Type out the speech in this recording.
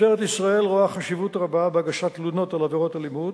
משטרת ישראל רואה חשיבות רבה בהגשת תלונות על עבירות אלימות,